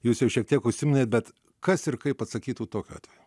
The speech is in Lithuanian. jūs jau šiek tiek užsiminėt bet kas ir kaip atsakytų tokiu atveju